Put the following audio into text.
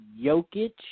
Jokic